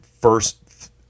first